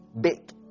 big